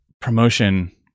promotion